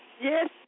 Yes